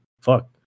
fuck